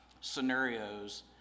scenarios